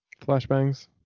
flashbangs